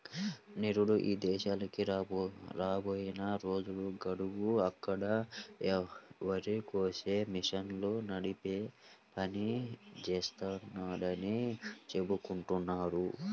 నిరుడు ఇదేశాలకి బొయ్యిన రాజు గాడు అక్కడ వరికోసే మిషన్ని నడిపే పని జేత్తన్నాడని చెప్పుకుంటున్నారు